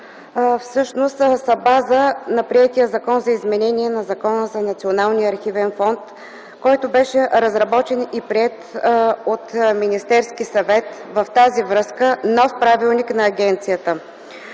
всъщност са база на приетия Закон за изменение на Закона за Националния архивен фонд, който беше разработен и приет от Министерския съвет, в тази връзка – нов правилник на агенцията.